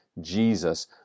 Jesus